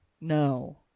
No